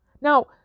Now